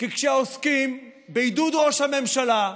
כי כשבעידוד ראש הממשלה,